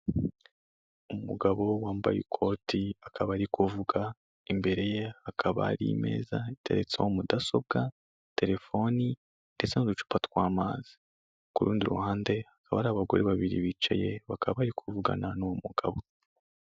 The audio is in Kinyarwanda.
Umugabo wambaye ikoti akaba ari kuvuga imbere ye akaba ari meza iteretseho mudasobwa, telefoni ndetse n'uducuupa twa mazi ku rundi ruhande abari abagore babiri bicaye bakaba bari kuvugana n'uwo mugabo.